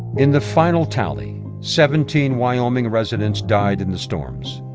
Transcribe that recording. in the final tally, seventeen wyoming residents died in the storms.